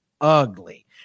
ugly